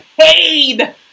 paid